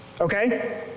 Okay